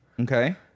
Okay